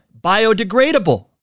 biodegradable